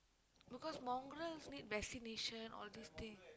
because Mongrels need vaccination all these things